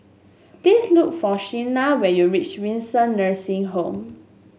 please look for Signa when you reach Windsor Nursing Home